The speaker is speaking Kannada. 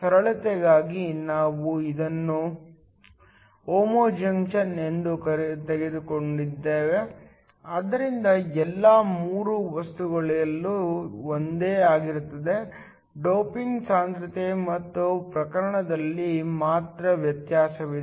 ಸರಳತೆಗಾಗಿ ನಾವು ಇದನ್ನು ಹೋಮೋ ಜಂಕ್ಷನ್ ಎಂದು ತೆಗೆದುಕೊಳ್ಳುತ್ತೇವೆ ಆದ್ದರಿಂದ ಎಲ್ಲಾ ಮೂರು ವಸ್ತುಗಳು ಒಂದೇ ಆಗಿರುತ್ತವೆ ಡೋಪಿಂಗ್ ಸಾಂದ್ರತೆ ಮತ್ತು ಪ್ರಕಾರದಲ್ಲಿ ಮಾತ್ರ ವ್ಯತ್ಯಾಸವಿದೆ